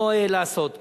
לעשות כן.